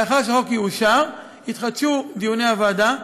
לאחר שהחוק יאושר, יתחדשו דיוני הוועדה.